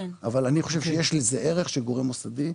אני חושב שיש לזה ערך של גורם מוסדי,